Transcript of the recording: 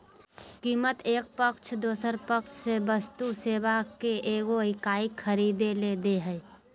कीमत एक पक्ष दोसर पक्ष से वस्तु सेवा के एगो इकाई खरीदय ले दे हइ